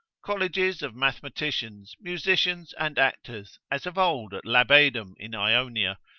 colleges of mathematicians, musicians, and actors, as of old at labedum in ionia,